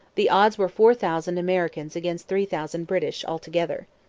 the odds were four thousand americans against three thousand british, altogether.